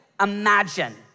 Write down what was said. imagine